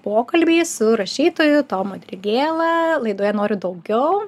pokalbį su rašytoju tomu dirgėla laidoje noriu daugiau